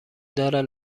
دارد